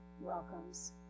welcomes